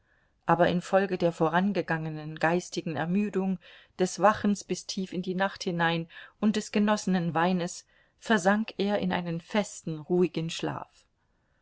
aber infolge der vorangegangenen geistigen ermüdung des wachens bis tief in die nacht hinein und des genossenen weines versank er in einen festen ruhigen schlaf